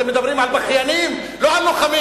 אתם מדברים על בכיינים, לא על לוחמים.